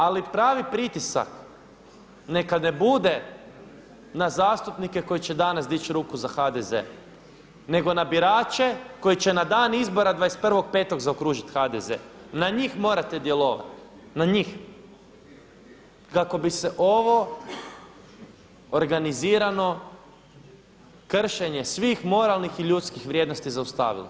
Ali pravi pritisak neka ne bude na zastupnike koji će danas dići ruku za HDZ nego na birače koji će na dan izbora 21.5. zaokružiti HDZ, na njih morate djelovati, na njih kako bi se ovo organizirano kršenje svih moralnih i ljudskih vrijednosti zaustavilo.